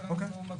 אז אנחנו מבהירים,